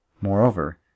Moreover